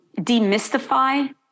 demystify